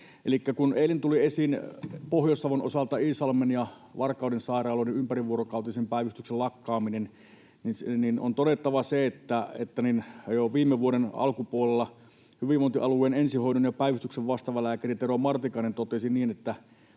kun eilen tuli esiin Pohjois-Savon osalta Iisalmen ja Varkauden sairaaloiden ympärivuorokautisen päivystyksen lakkaaminen, niin on todettava se, että jo viime vuoden alkupuolella hyvinvointialueen ensihoidon ja päivystyksen vastaava lääkäri Tero Martikainen totesi, että